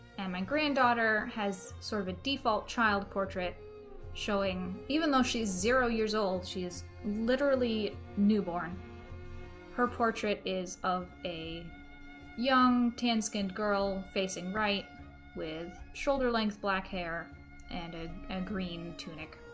and my granddaughter has sort of a default child portrait showing even though she's zero years old she is literally newborn her portrait is of a young tan skinned girl facing right with shoulder-length black hair and a and green tunic